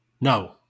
No